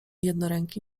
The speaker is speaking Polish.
jednoręki